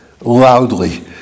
loudly